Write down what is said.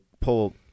pull